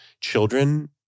children